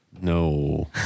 No